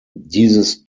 dieses